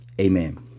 Amen